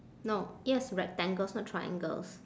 no it has rectangles not triangles